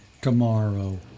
tomorrow